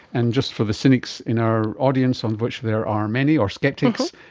and just for the cynics in our audience, um of which there are many, or sceptics,